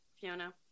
Fiona